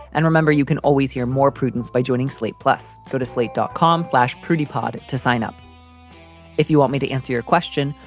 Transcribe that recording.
and remember, you can always hear more prudence by joining slate. plus go to slate dot com slash pretty pod to sign up if you want me to answer your question.